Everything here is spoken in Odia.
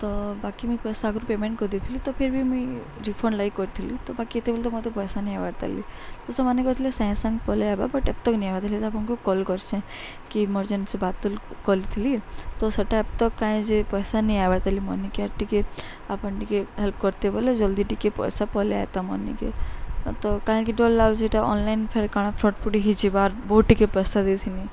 ତ ବାକି ମୁଇଁ ପଇସା ଆଗରୁ ପେମେଣ୍ଟ କରିଦେଇଥିଲି ତ ଫିର୍ ବି ମୁଇଁ ରିଫଣ୍ଡ ଲାଗି କରିଥିଲି ତ ବାକି ଏତେବେଲେ ତ ମତେ ପଇସା ନେଇଆବାର ଲି ତ ସେମାନେ କହିଥିଲେ ସାଙ୍ଗେ ସାଙ୍ଗେ ପଲେଇ ଆଇବା ବଟ ଏବ୍ ତକ ନେଇ ନିଆବାର ଥିଲେ ଯେ ଆପଣଙ୍କୁ କଲ କରିଚେ କି ଇମର୍ଜେନ୍ସି ବାତିଲ୍ କରିଥିଲି ତ ସେଟା ଏପ୍ ତକ୍ କାଇଁ ଯେ ପଇସା ନେଇଆବାର ଲି ମର୍ନିକି ଆର୍ ଟିକେ ଆପଣ ଟିକେ ହେଲ୍ପ କରିତେ ବଲେ ଜଲ୍ଦି ଟିକେ ପଇସା ପଲେଇ ଆଇତା ମର୍ନିକେ ତ କାଁକିଟଲ ଲ ଆଉ ଯେଟା ଅ ଅନଲାଇନ ଫେର୍ କାଣା ଫ୍ରଡ଼ ଫ୍ରଡ଼ି ହେଇଯିବାର୍ ବହୁତ ଟିକେ ପଇସା ଦେଇଥିନି